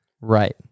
Right